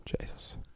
Jesus